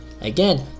again